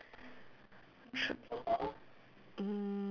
tr~ mm